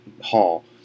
hall